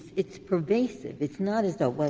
it's pervasive. it's not as though, but